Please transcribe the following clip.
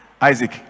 Isaac